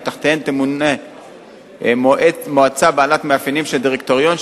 ותחתיהם תמונה מועצה בעלת מאפיינים של דירקטוריון,